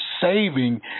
saving